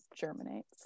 germinates